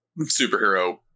superhero